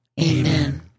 Amen